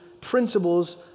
principles